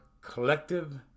collective